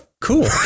Cool